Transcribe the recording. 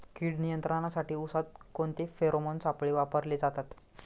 कीड नियंत्रणासाठी उसात कोणते फेरोमोन सापळे वापरले जातात?